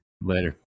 Later